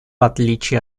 отличие